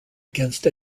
against